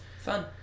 Fun